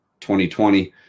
2020